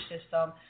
system